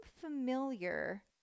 familiar